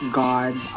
God